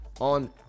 on